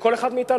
לכל אחד מאתנו.